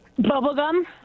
Bubblegum